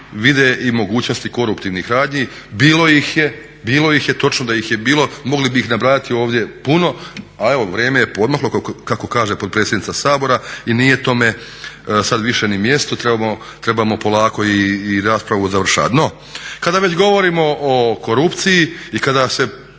vide i mogućnosti koruptivnih radnji. Bilo ih je, točno da ih je bilo, mogli bi ih nabrajati ovdje puno, a evo vrijeme je poodmaklo kako kaže potpredsjednica Sabora i nije tome sad više ni mjesto, trebamo polako i raspravu završavat. No kada već govorimo o korupciji i kada se